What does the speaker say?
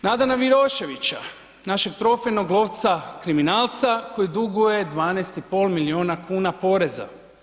Nadana Vidoševića našeg trofejnog lovca kriminalca koji duguje 12,5 milijuna kuna poreza.